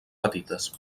petites